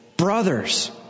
Brothers